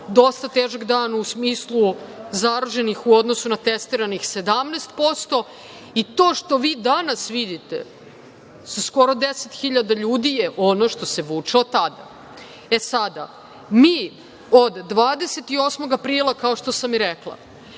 dosta težak dan u smislu zaraženih u odnosu na testiranih 17%. To što vi danas vidite sa skoro 10.000 ljudi je ono što se vuče od tada. Sada, mi od 28. aprila, kao što sam i rekla,